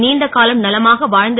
நீண்டகாலம் நலமாக வா ந்து